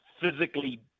physically